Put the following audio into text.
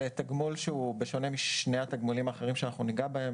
בשונה משני התגמולים האחרים שניגע בהם,